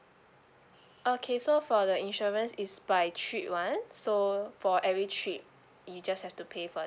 okay so for the insurance is by trip [one] so for every trip you just have to pay for